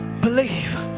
believe